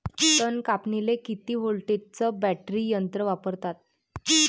तन कापनीले किती व्होल्टचं बॅटरी यंत्र वापरतात?